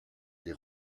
des